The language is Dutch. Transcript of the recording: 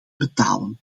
betalen